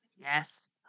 Yes